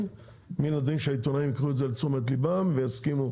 מן הדין שהעיתונאים ייקחו את זה לתשומת ליבם ויסכימו